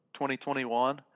2021